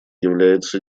является